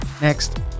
Next